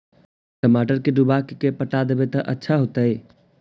टमाटर के डुबा के पटा देबै त अच्छा होतई?